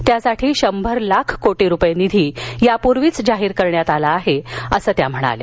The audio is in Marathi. त्याकरता शंभर लाख कोटी रुपये निधी यापूर्वीच जाहीर करण्यात आला आहे असं त्यांनी सांगितलं